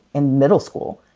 in middle school.